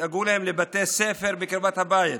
תדאגו להם לבתי ספר בקרבת הבית.